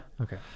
Okay